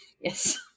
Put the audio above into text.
yes